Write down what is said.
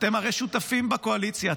אתם הרי שותפים בקואליציה,